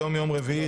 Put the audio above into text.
היום יום רביעי,